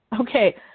Okay